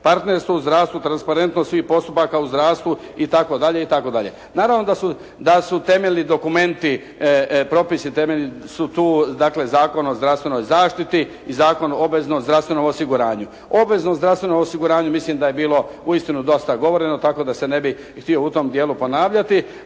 Partnerstvo u zdravstvu, transparentnost svih postupaka u zdravstvu i tako dalje i tako dalje. Naravno da su temeljni dokumenti, propisi temeljni su tu, dakle Zakon o zdravstvenoj zaštiti i Zakon o obveznom zdravstvenom osiguranju. O obveznom zdravstvenom osiguranju mislim da je bilo uistinu dosta govoreno tako da se ne bih htio u tom dijelu ponavljati